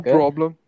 problem